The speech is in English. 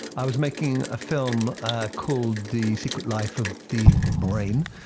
i was making a film called the secret life of the brain,